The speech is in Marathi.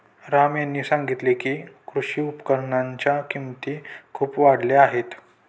राम यांनी सांगितले की, कृषी उपकरणांच्या किमती खूप वाढल्या आहेत